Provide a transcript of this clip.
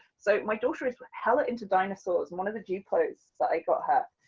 so my daughter is hella into dinosaurs, and one of the duplos that i got her,